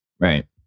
Right